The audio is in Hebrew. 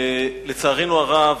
לצערנו הרב,